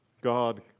God